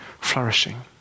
flourishing